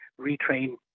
retrain